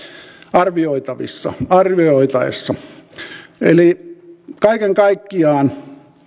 arvioitaessa arvioitaessa kaiken kaikkiaan